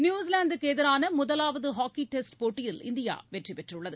நியுஸிலாந்துக்குஎதிரானமுதலாவதுஹாக்கிடெஸ்ட் போட்டியில் இந்தியாவெற்றிபெற்றுள்ளது